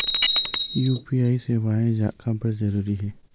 UPI सेवाएं काबर जरूरी हे?